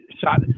shot